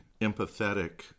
empathetic